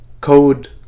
code